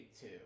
two